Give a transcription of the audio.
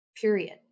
period